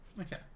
okay